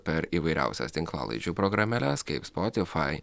per įvairiausias tinklalaidžių programėles kaip spotifai